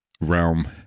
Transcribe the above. realm